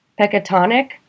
Pecatonic